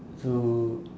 so